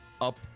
up